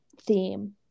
theme